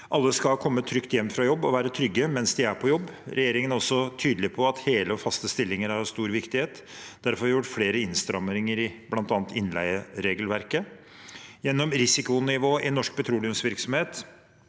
Alle skal komme trygt hjem fra jobb og være trygge mens de er på jobb. Regjeringen er også tydelig på at hele og faste stillinger er av stor viktighet. Derfor har vi gjort flere innstramminger i bl.a. innleieregelverket. Gjennom risikonivået i norsk petroleumsvirksomhet,